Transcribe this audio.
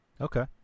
Okay